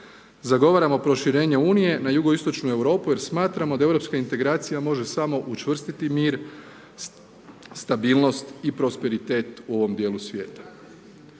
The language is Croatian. Zagovaramo proširenje Unije na JI Europu jer smatramo da europska integracija može samo učvrstiti mir, stabilnost i prosperitet u ovom djelu svijeta.